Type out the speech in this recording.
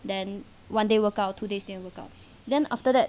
then one day work out two days never workout then after that